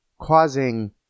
causing